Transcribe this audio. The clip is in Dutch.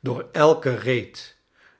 door elks reet